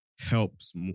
helps